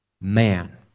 man